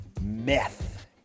meth